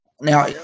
Now